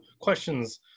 questions